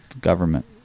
government